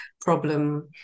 problem